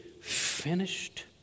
finished